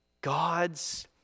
God's